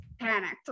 panicked